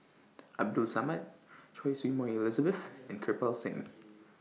Abdul Samad Choy Su Moi Elizabeth and Kirpal Singh